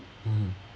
mm